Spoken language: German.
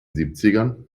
siebzigern